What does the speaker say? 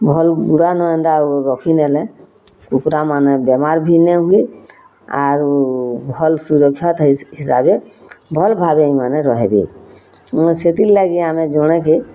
ଭଲ୍ ଗୁଡ଼ାନଁ ଏନ୍ତା ରଖିନେଲେ କୁକୁରା ମାନେ ବେମାର୍ ଭି ନାଇ ହୁଏ ଆରୁ ଭଲ୍ ସୁରକ୍ଷା ଥାଇ ହିସାବେ ଭଲ୍ ଭାବେ ଇମାନେ ରହେବେ ସେଥିର୍ ଲାଗି ଆମେ ଜଣେକେ